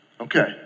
Okay